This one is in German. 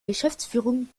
geschäftsführung